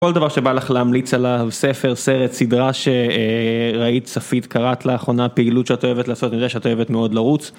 כל דבר שבא לך להמליץ עליו, ספר, סרט, סדרה שראית, צפית, קראת לאחרונה, פעילות שאת אוהבת לעשות, אני יודעת שאת אוהבת מאוד לרוץ.